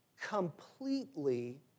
completely